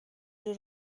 جور